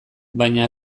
baina